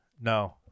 No